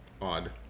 odd